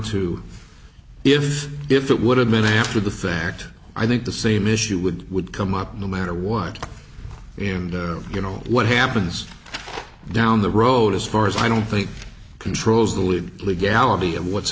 to if if it would have been after the fact i think the same issue would would come up no matter what and you know what happens down the road as far as i don't think controls the lead legality of what's